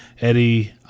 Eddie